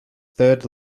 third